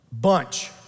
bunch